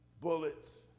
bullets